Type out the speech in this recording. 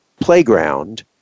playground